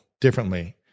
differently